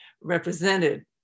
represented